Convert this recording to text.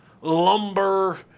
lumber